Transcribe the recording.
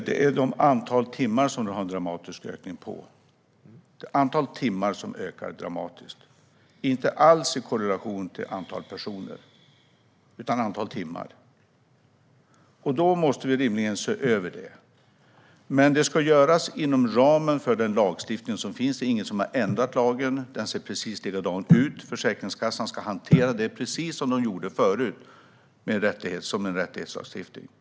Fru talman! Det är antalet timmar som ökar dramatiskt, och det står inte alls i korrelation till antalet personer. Då måste vi rimligen se över det. Det ska dock göras inom ramen för den lagstiftning som finns. Det är ingen som har ändrat lagen; den ser precis likadan ut. Försäkringskassan ska hantera den precis som de gjorde förut, som en rättighetslagstiftning.